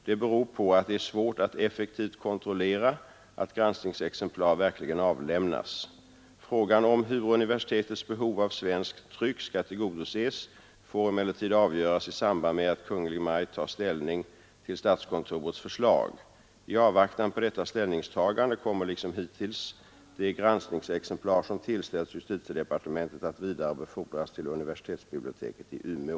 Det beror på att det är svårt att effektivt kontrollera att granskningsexemplar verkligen avlämnas. Frågan om hur universitetets behov av svenskt tryck skall tillgodoses får emellertid avgöras i samband med att Kungl. Maj:t tar ställning till statskontorets förslag. I avvaktan på detta ställningstagande kommer liksom hittills de granskningsexemplar som tillställs justitiedepartementet att vidarebefordras till universitetsbiblioteket i Umeå.